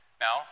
Now